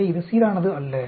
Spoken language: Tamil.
எனவே இது சீரானது அல்ல